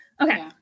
okay